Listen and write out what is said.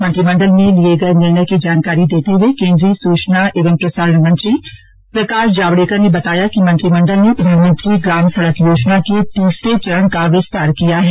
मंत्रिमंडल में लिए गए निर्णय की जानकारी देते हुए केंद्रीय सूचना एवं प्रसारण मंत्री प्रकाश जावडेकर ने बताया कि मंत्रिमंडल ने प्रधानमंत्री ग्राम सड़क योजना के तीसरे चरण का विस्तार किया है